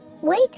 Wait